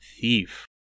thief